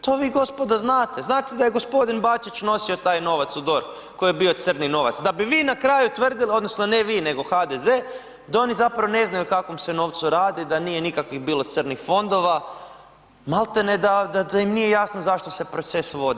To vi gospodo znate, znate da je gospodin Bačić nosio taj novac u DORH koji je bio crni novac, da bi na kraju tvrdili odnosno ne vi nego HDZ da oni zapravo ne znaju o kakvom se novcu radi, da nije nikakvih bilo crnih fondova, maltene da im nije jasno zašto se proces vodi.